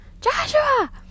Joshua